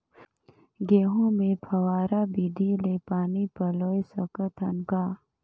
गहूं मे फव्वारा विधि ले पानी पलोय सकत हन का?